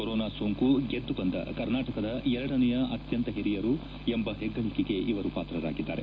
corona ಸೋಂಕು ಗೆದ್ದು ಬಂದ ಕರ್ನಾಟಕದ ಎರಡನೆಯ ಅತ್ಯಂತ ಹಿರಿಯರು ಎಂಬ ಹೆಗ್ಗಳಿಕೆಗೆ ಇವರು ಪಾತ್ರರಾಗಿದ್ದಾರೆ